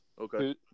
Okay